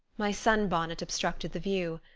my sun-bonnet obstructed the view.